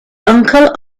uncle